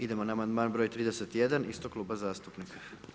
Idemo na amandman broj 31 istog kluba zastupnika.